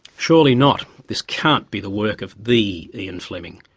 surely not! this can't be the work of the ian fleming!